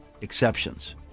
exceptions